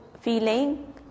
feeling